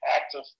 active